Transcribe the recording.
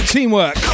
Teamwork